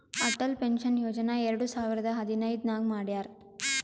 Atal pension ಯೋಜನಾ ಎರಡು ಸಾವಿರದ ಹದಿನೈದ್ ನಾಗ್ ಮಾಡ್ಯಾರ್